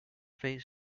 face